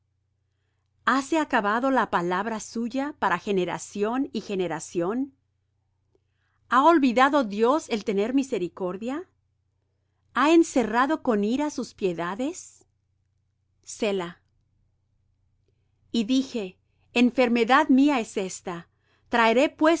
hase acabado la palabra suya para generación y generación ha olvidado dios el tener misericordia ha encerrado con ira sus piedades selah y dije enfermedad mía es esta traeré